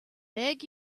beg